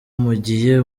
mugiye